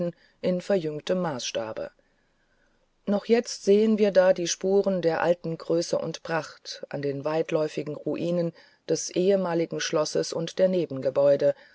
in verjüngtem maßstabe noch jetzt sehen wir da die spuren der alten größe und pracht an den weitläufigen ruinen des ehemaligen schlosses und der nebengebäude